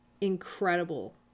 incredible